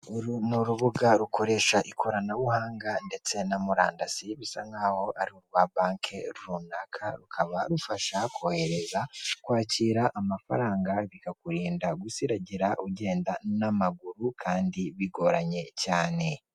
Uru nurubuga rukoresha ikoranabuhanga ndetse na murandasi bisa nkaho ari urwa banke runaka rukaba rufasha kohereza kwakira amafaranga bikakurinda gusiragira ugenda namaguru kandi bigoranye cyane.